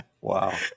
Wow